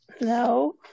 No